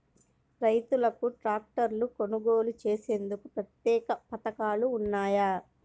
రైతులకు ట్రాక్టర్లు కొనుగోలు చేసేందుకు ప్రత్యేక పథకాలు ఉన్నాయా?